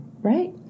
right